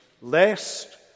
lest